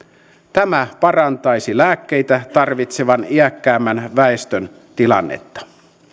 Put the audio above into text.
tämä parantaisi lääkkeitä tarvitsevan iäkkäämmän väestön tilannetta